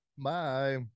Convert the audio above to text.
Bye